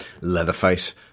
Leatherface